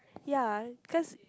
ya cause